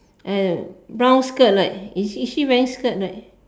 uh brown skirt right is is she wearing skirt right